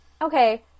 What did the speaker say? Okay